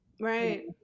Right